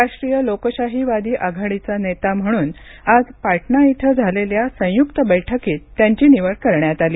राष्ट्रीय लोकशाहीवादी आघाडीचा नेता म्हणून आज पाटणा इथं झालेल्या संयुक बैठकीत त्यांची निवड करण्यात आली